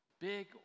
big